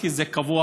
כי זה קבוע,